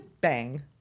Bang